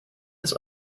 des